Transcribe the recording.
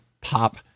pop